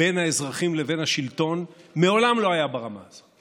בין האזרחים לבין השלטון מעולם לא היה ברמה הזאת.